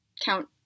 count